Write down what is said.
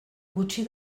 gutxi